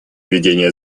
ведения